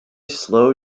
slow